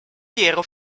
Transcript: piero